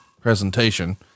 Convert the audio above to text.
presentation